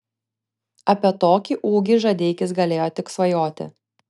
apie tokį ūgį žadeikis galėjo tik svajoti